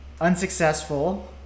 unsuccessful